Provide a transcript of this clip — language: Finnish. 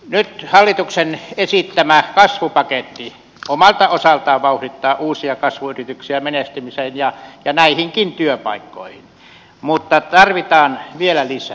nyt hallituksen esittämä kasvupaketti omalta osaltaan vauhdittaa uusia kasvuyrityksiä menestymiseen ja näihinkin työpaikkoihin mutta tarvitaan vielä lisää